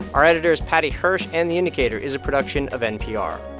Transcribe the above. our editor is paddy hirsch, and the indicator is a production of npr